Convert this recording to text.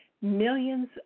Millions